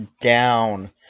down